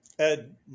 Ed